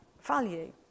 value